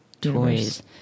Toys